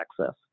access